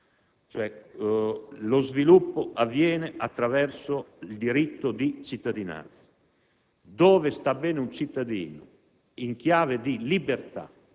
lo sviluppo avviene attraverso il diritto di cittadinanza, dove sta bene un cittadino in chiave di libertà,